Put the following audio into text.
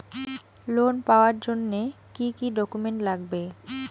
Loan পাওয়ার জন্যে কি কি ডকুমেন্ট লাগবে?